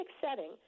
setting